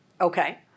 Okay